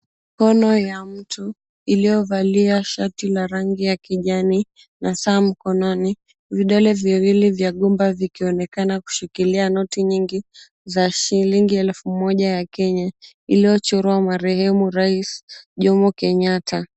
Mkono ya mtu iliyovalia shati la rangi ya kijani na saa mkononi. Vidole viwili vya gumba vikionekana kushikilia noti nyingi za shilingi elfu moja ya Kenya iliyochorwa marehemu rais Jomo Kenyatta.